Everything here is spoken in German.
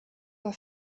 war